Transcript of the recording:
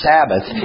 Sabbath